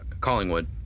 Collingwood